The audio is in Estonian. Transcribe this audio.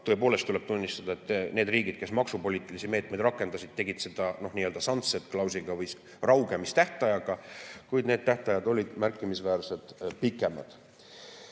tõepoolest tunnistada, et need riigid, kes maksupoliitilisi meetmeid rakendasid, tegid seda nii-öeldasunset-klausliga ehk raugemistähtajaga, kuid need tähtajad olid märkimisväärselt pikemad.